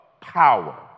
power